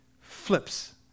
flips